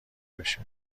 بشه